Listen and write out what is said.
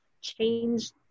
change